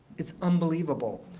it's unbelievable.